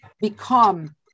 become